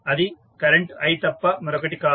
అది current i తప్ప మరొకటి కాదు